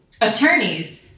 attorneys